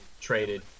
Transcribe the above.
Traded